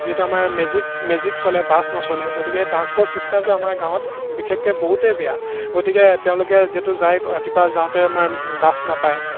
যিহেতু আমাৰ Magic Magic চলে বাছ নচলে গতিকে ট্ৰাঞ্চপৰ্ট চিষ্টেমটো আমাৰ গাঁৱত বিশেষকৈ বহুতেই বেয়া গতিকে তেওঁলোকে যিহেতু যায় ৰাতিপুৱা যাওঁতে আমাৰ বাছ নাপায়